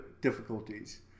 difficulties